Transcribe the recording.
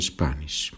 Spanish